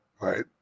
right